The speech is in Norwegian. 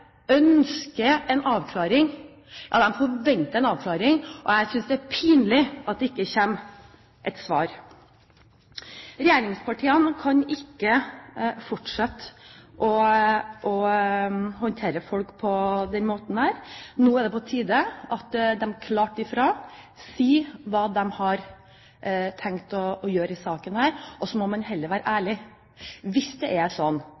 ønsker en avklaring, ja de forventer en avklaring. Jeg synes det er pinlig at det ikke kommer et svar. Regjeringspartiene kan ikke fortsette å håndtere folk på denne måten. Nå er det på tide at de sier klart fra hva de har tenkt å gjøre i denne saken. Så får man heller være ærlig. Hvis det er